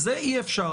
זה אי אפשר.